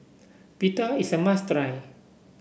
pita is a must try